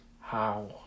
How